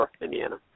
Indiana